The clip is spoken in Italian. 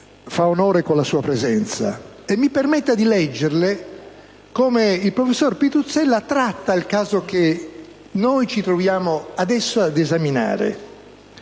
fa onore con la sua presenza. Mi permetto di leggerle come il professor Pitruzzella ha illustrato il caso che noi ci troviamo adesso ad esaminare: